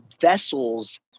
vessels